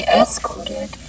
escorted